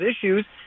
issues